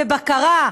ובקרה,